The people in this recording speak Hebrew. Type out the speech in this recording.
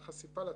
זה.